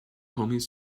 homies